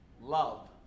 Love